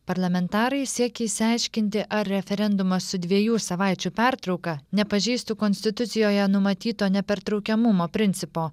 parlamentarai siekia išsiaiškinti ar referendumas su dviejų savaičių pertrauka nepažeistų konstitucijoje numatyto nepertraukiamumo principo